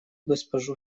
госпожу